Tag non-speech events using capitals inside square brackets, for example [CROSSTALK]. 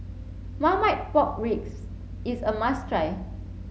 Marmite pork ribs [UNINTELLIGIBLE] is a must try